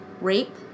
rape